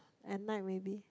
at night maybe